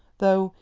though,